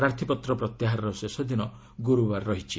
ପ୍ରାର୍ଥୀପତ୍ର ପ୍ରତ୍ୟାହାରର ଶେଷ ଦିନ ଗୁରୁବାର ରହିଛି